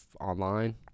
online